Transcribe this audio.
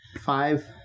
five